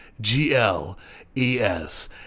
G-L-E-S